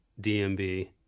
DMB